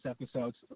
episodes